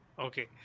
Okay